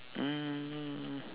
um